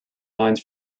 lines